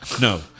no